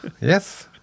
yes